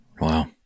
Wow